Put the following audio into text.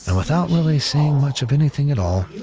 and without really saying much of anything at all,